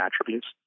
attributes